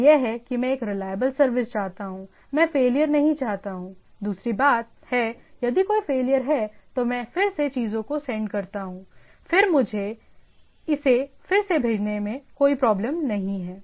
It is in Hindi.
एक यह है कि मैं एक रिलाएबल सर्विस चाहता हूं मैं फेलियर नहीं चाहता हूं दूसरी बात है यदि कोई फैलियर है तो मैं फिर से चीजों को सेंड करता हूं फिर मुझे इसे फिर से भेजने में कोई प्रॉब्लम नहीं है